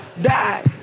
die